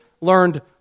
learned